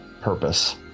purpose